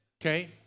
Okay